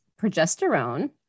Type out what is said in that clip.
progesterone